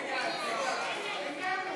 ביטן, ביטן, איננו.